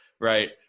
right